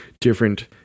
different